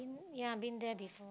ya I been there before